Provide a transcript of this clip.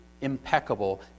impeccable